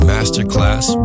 Masterclass